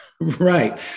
Right